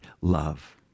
love